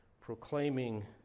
proclaiming